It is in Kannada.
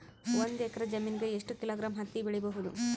ಒಂದ್ ಎಕ್ಕರ ಜಮೀನಗ ಎಷ್ಟು ಕಿಲೋಗ್ರಾಂ ಹತ್ತಿ ಬೆಳಿ ಬಹುದು?